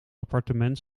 appartement